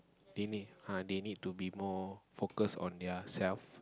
they need [huh] they need to be more focus on their self